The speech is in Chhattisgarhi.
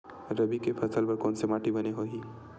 रबी के फसल बर कोन से माटी बने होही?